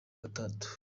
gatatu